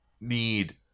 need –